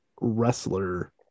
wrestler